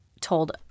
told